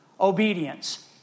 obedience